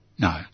No